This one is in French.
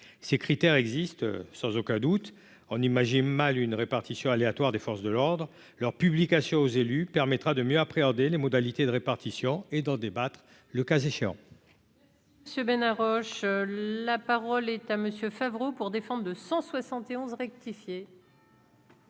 ces critères existent sans aucun doute, on imagine mal une répartition aléatoire des forces de l'ordre leur publication aux élus, permettra de mieux appréhender les modalités de répartition et d'en débattre, le cas échéant.